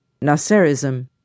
Nasserism